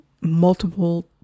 multiple